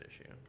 issue